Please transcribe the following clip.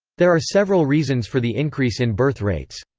there are several reasons for the increase in birth rates.